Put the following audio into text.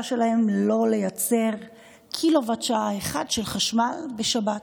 שלהם לא לייצר קילוואט-שעה אחד של חשמל בשבת.